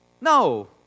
No